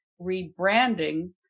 rebranding